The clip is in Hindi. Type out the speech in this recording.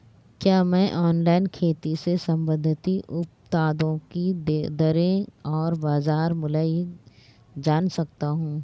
क्या मैं ऑनलाइन खेती से संबंधित उत्पादों की दरें और बाज़ार मूल्य जान सकता हूँ?